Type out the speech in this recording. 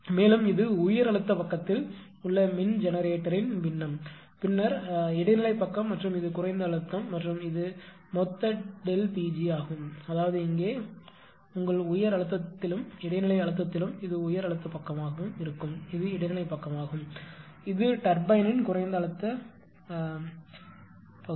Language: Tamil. மேலும் இது உயர் அழுத்தப் பக்கத்தில் உள்ள மின் ஜெனரேட்டரின் பின்னம் பின்னர் இடைநிலைப் பக்கம் மற்றும் இது குறைந்த அழுத்தம் மற்றும் இது மொத்த ΔP g ஆகும் அதாவது இங்கே உங்கள் உயர் அழுத்தத்திலும் இடைநிலை அழுத்தத்திலும் இது உயர் அழுத்தப் பக்கமாகும் இது இடைநிலைப் பக்கமாகும் இது டர்பைன்யின் குறைந்த அழுத்த வலது பகுதி